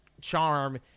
charm